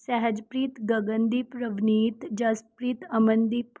Sahajpreet Gagandeep Ravneet Jaspreet Amandeep